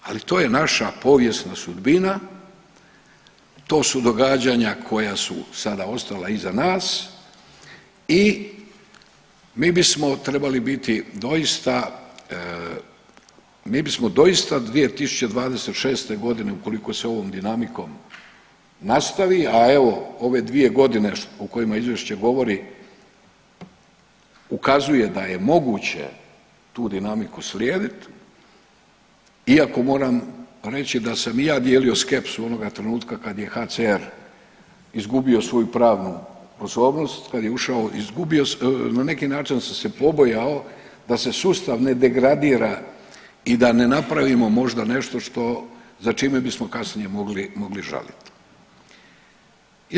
Ali to je naša povijesna sudbina to su događanja koja su sada ostala iza nas i mi bismo trebali biti doista, mi bismo doista 2026.g. ukoliko se ovom dinamikom nastavi, a evo ove 2.g. o kojima izvješće govori ukazuje da je moguće tu dinamiku slijedit iako moram reći da sam i ja dijelio skepsu onoga trenutka kad je HCR izgubio svoju pravnu osobnost, kad je ušao na neki način sam se pobojao da se sustav ne degradira i da ne napravimo možda nešto što, za čime bismo kasnije mogli, mogli žalit.